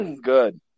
Good